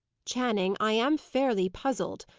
channing, i am fairly puzzled,